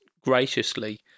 graciously